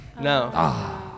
No